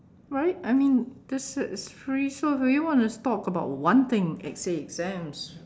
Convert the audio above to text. right I mean this is free so if you want to talk about one thing let's say exams